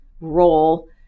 role